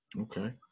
Okay